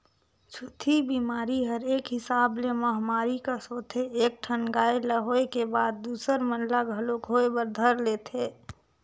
छूतही बेमारी हर एक हिसाब ले महामारी कस होथे एक ठन गाय ल होय के बाद दूसर मन ल घलोक होय बर धर लेथे